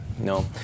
no